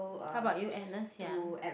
how about you Agnes ya